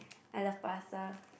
I love pasta